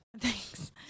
thanks